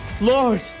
lord